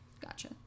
Gotcha